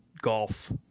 Golf